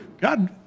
God